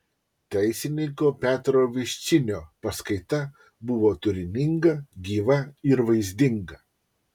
teisininko petro viščinio paskaita buvo turininga gyva ir vaizdinga